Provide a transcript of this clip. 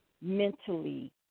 Mentally